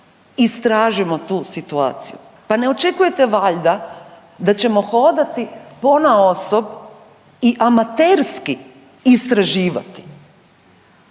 istražimo tu situaciju. Pa ne očekujete valjda da ćemo hodati ponaosob i amaterski istraživati.